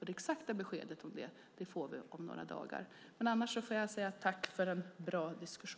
Det exakta beskedet får vi om några dagar. Jag tackar för en bra debatt.